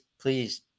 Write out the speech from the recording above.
please